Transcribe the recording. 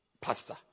pastor